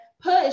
push